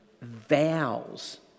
vows